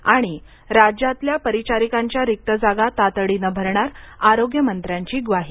आणि राज्यातल्या परिचारिकांच्या रिक्त जागा तातडीनं भरणार आरोग्यमंत्र्यांची ग्वाही